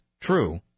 true